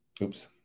Oops